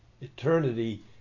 eternity